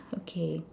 okay